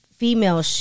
female